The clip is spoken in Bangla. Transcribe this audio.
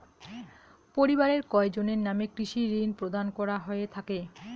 পরিবারের কয়জনের নামে কৃষি ঋণ প্রদান করা হয়ে থাকে?